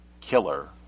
killer